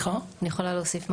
אני יכולה להוסיף משהו?